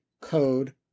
code